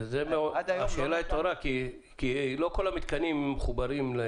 השאלה התעוררה כי לא כל המיתקנים מחוברים.